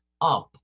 up